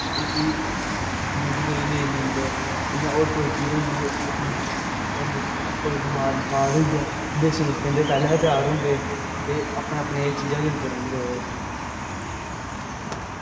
उसी दुद्द देहीं नेईं दिंदे मतलब जियां कोई होर चीज़ होऐ कोई बमार बुखार होई जा ते देसी नुस्खे पैह्लें त्यार होंदे ते अपने अपने एह् चीज़ां दिंदे